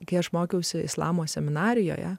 kai aš mokiausi islamo seminarijoje